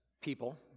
people